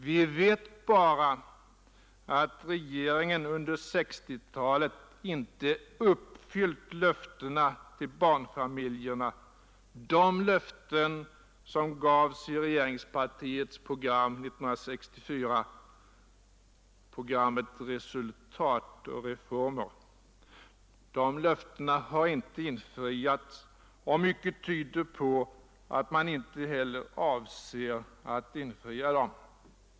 Vi vet bara att regeringen under 1960-talet inte uppfyllt de löften till barnfamiljerna som gavs i regeringspartiets program 1964, Resultat och reformer. De löftena har inte infriats, och mycket tyder på att man inte heller avser att infria dem.